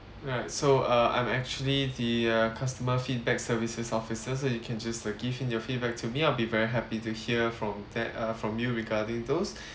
right so uh I'm actually the uh customer feedback services officer so you can just uh give in your feedback to me I'll be very happy to hear from that uh from you regarding those